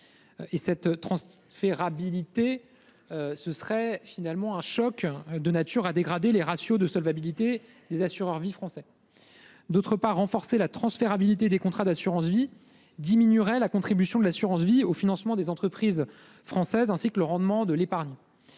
telle transférabilité représenterait un choc de nature à dégrader les ratios de solvabilité des assureurs vie français. Ensuite, renforcer la transférabilité des contrats d'assurance vie diminuerait la contribution de l'assurance vie au financement des entreprises françaises, ainsi que le rendement de l'épargne.